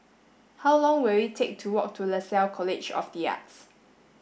how long will it take to walk to Lasalle College of the Arts